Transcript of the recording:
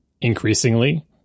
Increasingly